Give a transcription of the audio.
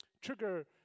trigger